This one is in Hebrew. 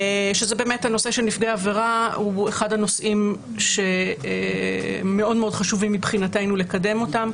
הנושא של נפגעי עבירה הוא אחד הנושאים שמאוד חשוב לנו לקדם אותם.